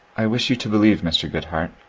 i wish you to believe, mr. goodhart,